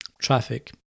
Traffic